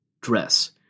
dress